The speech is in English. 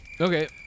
Okay